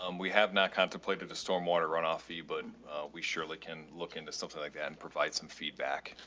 um we have not contemplated a storm water runoff fee, but we surely can look into something like that and provide some feedback,